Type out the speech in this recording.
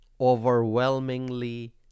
overwhelmingly